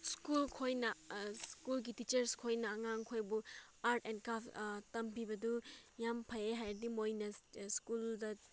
school ꯈꯣꯏꯅ ꯁ꯭ꯀꯨꯜꯒꯤ teacher ꯈꯣꯏꯅ ꯑꯉꯥꯡ ꯈꯣꯏꯕꯨ ꯑꯥꯔꯠ ꯑꯦꯟ ꯀ꯭ꯔꯥꯐ ꯇꯝꯕꯤꯕꯗꯨ ꯌꯥꯝ ꯐꯩꯌꯦ ꯍꯥꯏꯔꯗꯤ ꯃꯣꯏꯅ ꯁ꯭ꯀꯨꯜꯗ